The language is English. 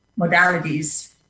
modalities